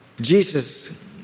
Jesus